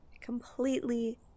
completely